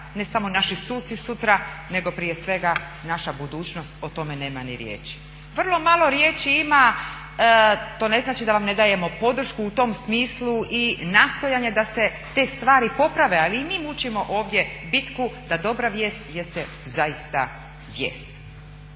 ne samo naši suci sutra nego prije svega naša budućnost, o tome nema ni riječi. Vrlo malo riječi ima, to ne znači da vam ne dajemo podršku u tom smislu i nastojanja da se te stvari poprave, ali i mi ovdje mučimo bitku da dobra vijest jeste zaista vijest.